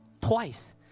Twice